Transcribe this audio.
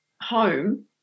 home